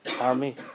army